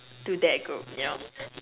to that group you know